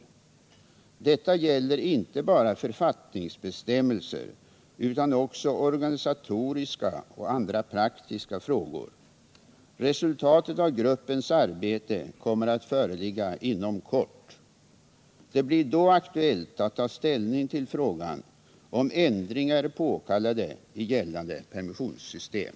Detta gäller 28 oktober 1977 inte bara författningsbestämmelser utan också organisatoriska och andra = praktiska frågor. Resultatet av gruppens arbete kommer att föreligga inom Om permissionsbekort. Det blir då aktuellt att ta ställning till frågan om ändringar är på — stämmelserna inom kallade i gällande permissionssystem.